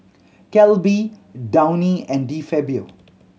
Calbee Downy and De Fabio